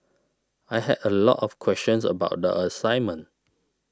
I had a lot of questions about the assignment